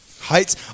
Heights